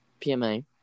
PMA